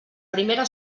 primera